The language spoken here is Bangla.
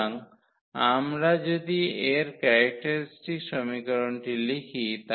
সুতরাং আমরা যদি এর ক্যারেক্টারিস্টিক সমীকরণটি লিখি